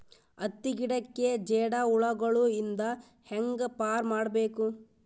ಹತ್ತಿ ಗಿಡಕ್ಕೆ ಜೇಡ ಹುಳಗಳು ಇಂದ ಹ್ಯಾಂಗ್ ಪಾರ್ ಮಾಡಬೇಕು?